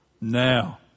now